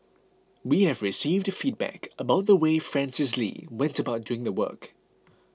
we have received feedback about the way Francis Lee went about doing the work